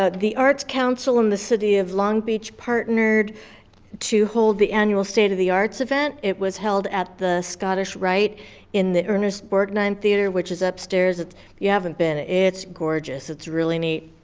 ah the arts council in the city of long beach partnered to hold the annual state of the arts event. it was held at the scottish rite in the ernest borgnine theater, which is upstairs. if you haven't been, it's gorgeous. it's really neat.